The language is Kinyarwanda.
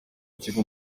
kigo